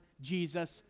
Jesus